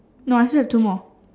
no I still have two more